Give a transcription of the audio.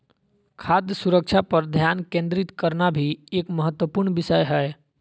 खाद्य सुरक्षा पर ध्यान केंद्रित करना भी एक महत्वपूर्ण विषय हय